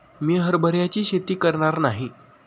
मी हरभऱ्याची शेती करणार नाही